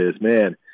man